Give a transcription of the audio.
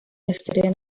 yesterday